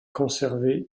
conservé